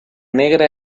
negra